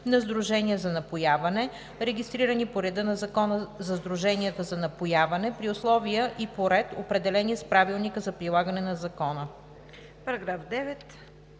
на сдружения за напояване, регистрирани по реда на Закона за сдруженията за напояване, при условия и по ред, определени с правилника за прилагане на закона“.